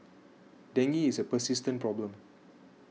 Dengue is a persistent problem